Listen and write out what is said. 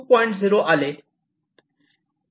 0 आले